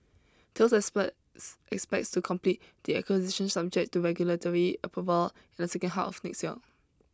Tales expects expects to complete the acquisition subject to regulatory approval in the second half of next year